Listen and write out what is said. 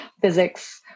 physics